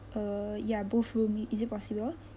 uh ya both room is it possible